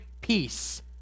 peace